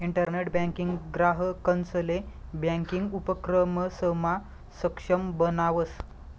internet banking ग्राहकंसले banking उपक्रमसमा सक्षम बनावस